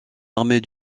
armée